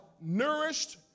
nourished